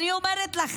אני אומרת לכם,